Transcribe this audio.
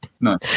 no